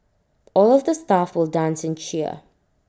all of the staff will dance and cheer